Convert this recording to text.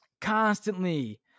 constantly